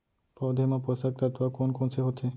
पौधे मा पोसक तत्व कोन कोन से होथे?